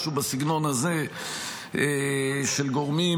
משהו בסגנון הזה של גורמים